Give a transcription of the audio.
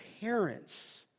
parents